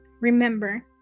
remember